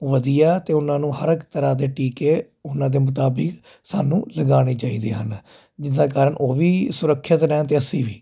ਵਧੀਆ ਅਤੇ ਉਹਨਾਂ ਨੂੰ ਹਰ ਇੱਕ ਤਰ੍ਹਾਂ ਦੇ ਟੀਕੇ ਉਹਨਾਂ ਦੇ ਮੁਤਾਬਿਕ ਸਾਨੂੰ ਲਗਾਉਣੇ ਚਾਹੀਦੇ ਹਨ ਜਿੱਦਾਂ ਕਾਰਨ ਉਹ ਵੀ ਸੁਰੱਖਿਅਤ ਰਹਿਣ ਅਤੇ ਅਸੀਂ ਵੀ